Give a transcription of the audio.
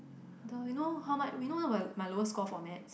the you know how much we know what my lowest score for maths